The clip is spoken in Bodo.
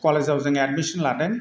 कलेजआव जोङो एडमिसन लादों